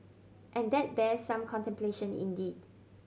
and that bears some contemplation indeed